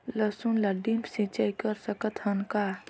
लसुन ल ड्रिप सिंचाई कर सकत हन का?